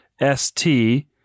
S-T